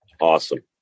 Awesome